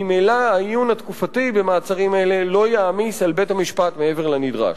ממילא העיון התקופתי במעצרים אלה לא יעמיס על בית-המשפט מעבר לנדרש.